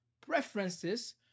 preferences